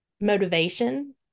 motivation